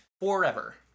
Forever